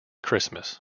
christmas